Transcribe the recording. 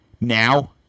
Now